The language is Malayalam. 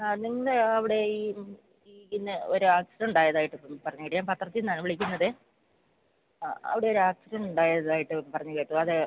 ആ നിങ്ങളുടെ അവിടെ ഈ ഈ ഇന്ന് ഒരു ആക്സിഡ്നെറ്റ് ഉണ്ടായതായിട്ട് ഇപ്പം പറഞ്ഞ് കേട്ട് ഞാൻ പത്രത്തിൽ നിന്നാണ് വിളിക്കുന്നത് ആ അവിടെ ഒരു ആക്സിഡ്നെറ്റ് ഉണ്ടായതായിട്ട് പറഞ്ഞ് കേട്ടു അത്